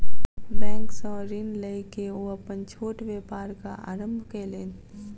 bank सॅ ऋण लय के ओ अपन छोट व्यापारक आरम्भ कयलैन